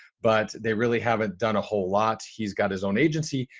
but they really haven't done a whole lot. he's got his own agency.